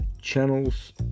channels